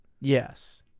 Yes